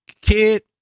Kid